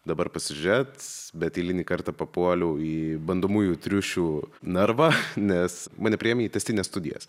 dabar pasižiūrėt bet eilinį kartą papuoliau į bandomųjų triušių narvą nes mane priėmė į tęstines studijas